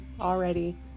already